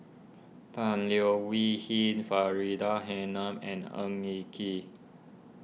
Tan Leo Wee Hin Faridah Hanum and Ng Eng Kee